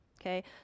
Okay